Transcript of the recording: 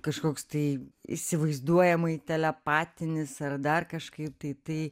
kažkoks tai įsivaizduojamai telepatinis ar dar kažkaip tai tai